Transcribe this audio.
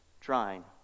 trying